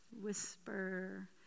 Whisper